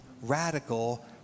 radical